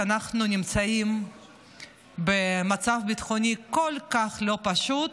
כשאנחנו נמצאים במצב ביטחוני כל כך לא פשוט,